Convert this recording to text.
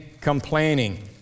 complaining